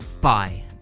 bye